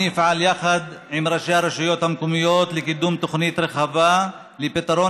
אני אפעל יחד עם ראשי הרשויות המקומיות לקידום תוכנית רחבה לפתרון